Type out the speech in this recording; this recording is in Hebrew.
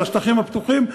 לשטחים הפתוחים,